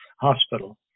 hospital